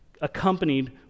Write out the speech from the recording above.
accompanied